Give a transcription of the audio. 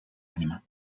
ànima